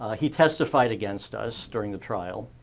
he testified against us during the trial.